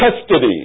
custody